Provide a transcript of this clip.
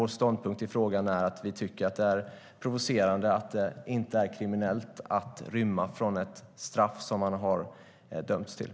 Vår ståndpunkt i frågan är att det är provocerande att det inte är kriminellt att rymma från ett straff som man har dömts till.